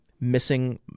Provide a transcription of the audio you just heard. missing